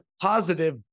positive